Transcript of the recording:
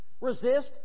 Resist